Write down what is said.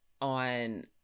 on